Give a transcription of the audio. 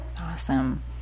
Awesome